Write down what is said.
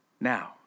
Now